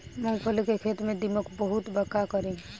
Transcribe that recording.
मूंगफली के खेत में दीमक बहुत बा का करी?